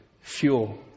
fuel